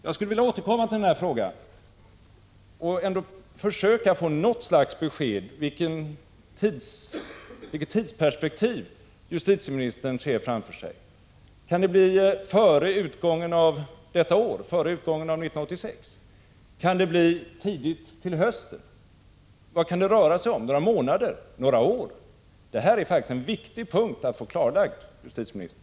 Jag skulle vilja återkomma till frågan och försöka få något slags besked om vilket tidsperspektiv justitieministern ser framför sig. Kan det bli före utgången av 1986? Kan det bli tidigt till hösten? Vad kan det röra sig om — några månader, några år? Det är faktiskt en viktig punkt att få klarlagd, justitieministern.